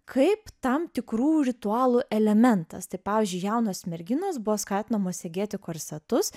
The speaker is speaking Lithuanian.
kaip tam tikrų ritualų elementas tai pavyzdžiui jaunos merginos buvo skatinamos segėti korsetus